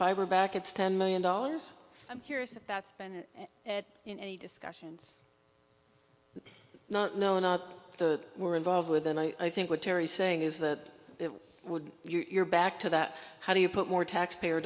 fiber back its ten million dollars i'm curious if that's been in any discussions not no not that were involved with and i think what terry saying is that would you're back to that how do you put more taxpayer